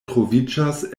troviĝas